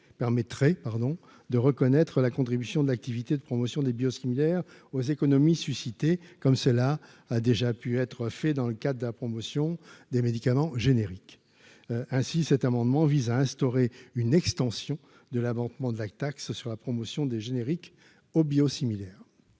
permettrait, pardon, de reconnaître la contribution de l'activité de promotion des bio-similaires aux économies, comme cela a déjà pu être fait dans le cadre de la promotion des médicaments génériques, ainsi, cet amendement vise à instaurer une extension de l'avancement de vagues, taxe sur la promotion des génériques au biosimilaire.